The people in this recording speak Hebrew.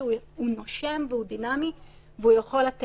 מאחור ליד